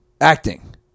Acting